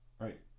Right